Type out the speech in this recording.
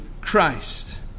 Christ